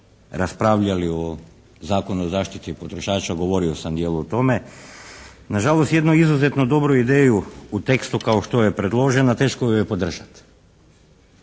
raspravljali o Zakonu o zaštiti potrošača govorio sam dijelom i o tome. Nažalost jednu izuzetno dobru ideju u tekstu kao što je predložena teško ju je podržat.